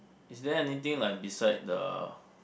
is there anything like beside the